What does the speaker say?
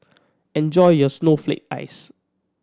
enjoy your snowflake ice